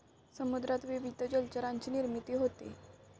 समुद्रात विविध जलचरांची निर्मिती होते